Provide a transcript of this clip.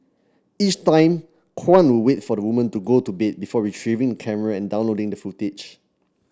each time Kwan would wait for the woman to go to bed before retrieving the camera and downloading the footage